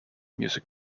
music